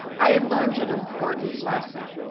i had learned an important lesson.